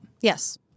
Yes